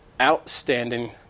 outstanding